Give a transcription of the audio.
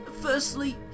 Firstly